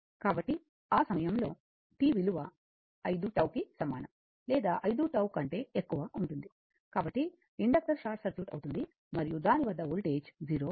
కాబట్టి ఆ సమయంలో t విలువ 5 τ కి సమానం లేదా 5 τ కంటే ఎక్కువ ఉంటుంది కాబట్టి ఇండక్టర్ షార్ట్ సర్క్యూట్ అవుతుంది మరియు దాని వద్ద వోల్టేజ్ 0 అవుతుంది